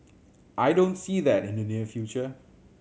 I don't see that in the near future